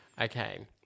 Okay